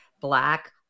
black